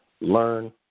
learn